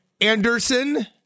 Anderson